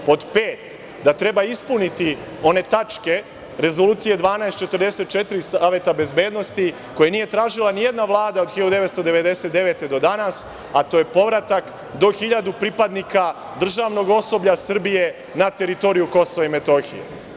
Pod pet, da treba ispuniti one tačke Rezolucije 1244 Saveta bezbednosti koje nije tražila nijedna Vlada od 1999. godine do danas, a to je povratak do 1000 pripadnika državnog osoblja Srbije na teritoriju KiM.